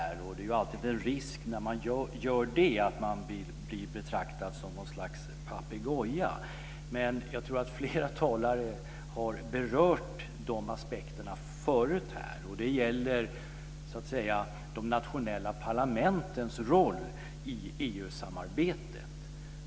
När man gör det är det alltid en risk att man blir betraktad som något slags papegoja. Jag tror dock att flera talare har berört dessa aspekter förut. Det gäller de nationella parlamentens roll i EU samarbetet.